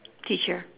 teacher